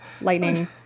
lightning